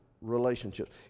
relationships